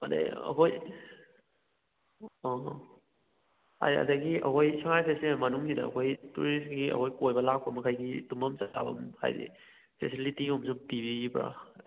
ꯑꯗꯩ ꯑꯩꯈꯣꯏ ꯑꯥ ꯍꯥꯏꯗꯤ ꯑꯗꯒꯤ ꯑꯩꯈꯣꯏ ꯁꯉꯥꯏ ꯐꯦꯁꯇꯤꯚꯦꯜ ꯃꯅꯨꯡꯁꯤꯗ ꯑꯩꯈꯣꯏ ꯇꯨꯔꯤꯁꯀꯤ ꯑꯩꯈꯣꯏ ꯀꯣꯏꯕ ꯂꯥꯛꯄ ꯃꯈꯩꯒꯤ ꯇꯨꯝꯐꯝ ꯆꯥꯐꯝ ꯍꯥꯏꯗꯤ ꯐꯦꯁꯤꯂꯤꯇꯤꯒꯨꯝꯕꯁꯨ ꯄꯤꯕꯤꯕ꯭ꯔꯥ